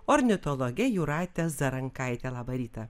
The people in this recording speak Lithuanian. ornitologe jūrate zarankaite labą rytą